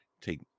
take